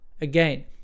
Again